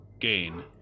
gain